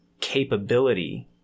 capability